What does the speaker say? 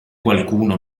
qualcuno